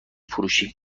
فروشی